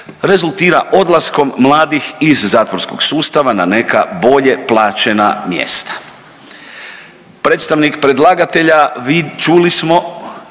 rezultira odlaskom mladih iz zatvorskog sustava na neka bolje plaćena mjesta.